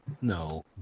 No